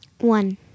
One